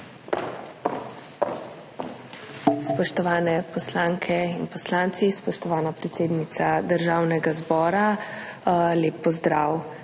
Spoštovani poslanke in poslanci, spoštovana predsednica Državnega zbora, lep pozdrav!